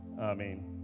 amen